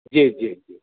जी जी जी